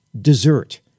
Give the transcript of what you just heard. dessert